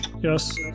Yes